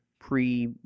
pre